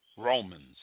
Romans